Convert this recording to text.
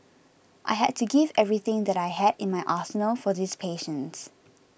I had to give everything that I had in my arsenal for these patients